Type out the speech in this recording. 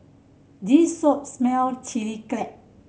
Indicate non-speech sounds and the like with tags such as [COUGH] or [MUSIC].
this shop [UNINTELLIGIBLE] Chilli Crab